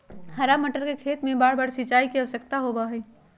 हरा मटर के खेत में बारबार सिंचाई के आवश्यकता होबा हई